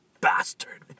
bastard